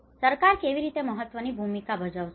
તો સરકાર કેવી રીતે મહત્વની ભૂમિકા ભજવશે